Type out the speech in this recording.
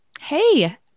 Hey